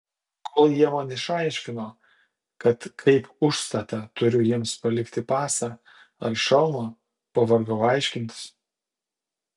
kol jie man išaiškino kad kaip užstatą turiu jiems palikti pasą ar šalmą pavargau aiškintis